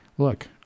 look